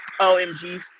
OMG